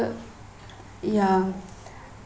ya